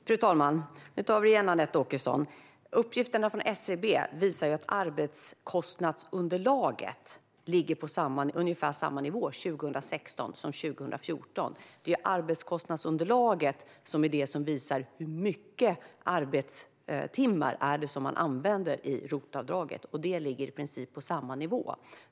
Fru talman! Nu tar vi det igen, Anette Åkesson. Uppgifterna från SCB visar att arbetskostnadsunderlaget låg på ungefär samma nivå 2016 som 2014. Det är arbetskostnadsunderlaget som visar hur många arbetstimmar som används i ROT-avdraget, och det ligger i princip på samma nivå.